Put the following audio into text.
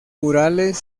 murales